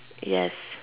yes